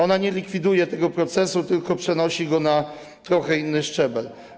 Ona nie likwiduje tego procesu, tylko przenosi go na trochę inny szczebel.